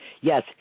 yes